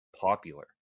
Popular